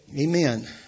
Amen